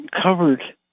covered